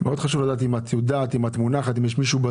חשוב לדעת אם את יודעת או יש מישהו אחר